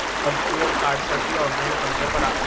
virtual कार्डसाठी online अर्ज करा